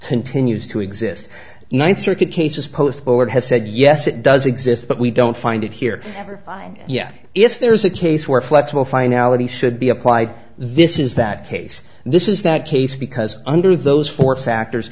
continues to exist ninth circuit cases post board has said yes it does exist but we don't find it here ever yeah if there is a case where flexible finality should be applied this is that case this is that case because under those four factors